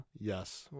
Yes